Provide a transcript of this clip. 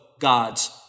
God's